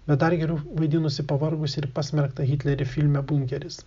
bet dar geriau vaidinusį pavargusį ir pasmerktą hitlerį filme bunkeris